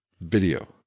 video